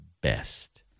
best